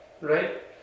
Right